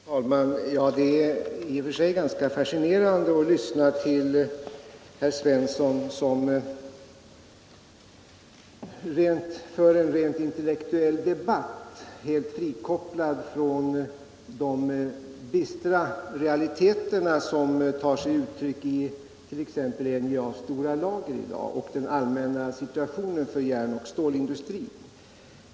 Herr talman! Det är i och för sig ganska fascinerande att lyssna till herr Svensson, som för en rent intellektuell debatt helt frikopplad från de dystra realiteter som tar sig uttryck i t.ex. NJA:s stora lager och den allmänna situationen för järnoch stålindustrin.